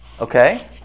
Okay